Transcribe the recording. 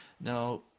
Now